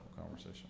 conversation